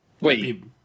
Wait